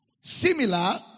Similar